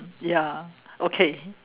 ya okay